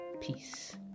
peace